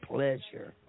Pleasure